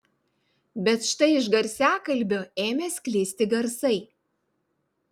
bet štai iš garsiakalbio ėmė sklisti garsai